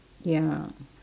ya